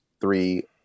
three